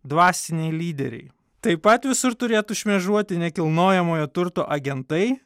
dvasiniai lyderiai taip pat visur turėtų šmėžuoti nekilnojamojo turto agentai